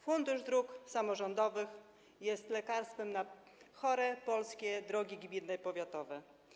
Fundusz Dróg Samorządowych jest lekarstwem na chore polskie drogi gminne i powiatowe.